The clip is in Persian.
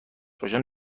باشم